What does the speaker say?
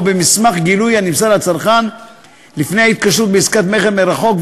או במסמך גילוי הנמסר לצרכן לפני התקשרות בעסקת מכר מרחוק,